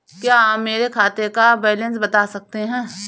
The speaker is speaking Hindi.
क्या आप मेरे खाते का बैलेंस बता सकते हैं?